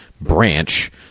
branch